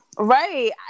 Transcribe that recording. Right